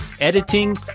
editing